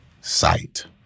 sight